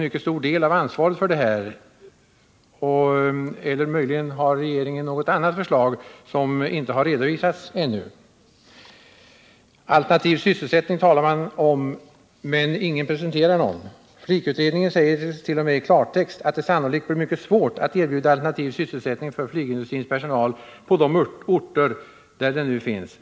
Alternativ sysselsättning talar man om, men ingen presenterar någon. Flik-utredningen säger t.o.m. i klartext att ”det sannolikt blir mycket svårt att erbjuda alternativ sysselsättning för flygindustrins personal på de orter, där den nu finns.